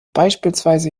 beispielsweise